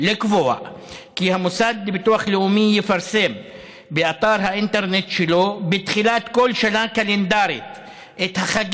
כי אם הוחלט להקדים את תשלום הגמלה לפני חג